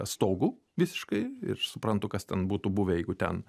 stogu visiškai ir suprantu kas ten būtų buvę jeigu ten